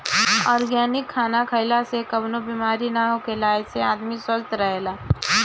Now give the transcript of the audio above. organic खाना खइला से कवनो बेमारी ना होखेला एसे आदमी स्वस्थ्य रहेला